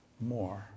more